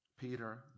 Peter